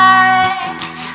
eyes